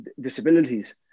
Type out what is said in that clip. disabilities